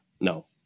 no